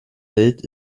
welt